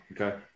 Okay